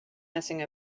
messing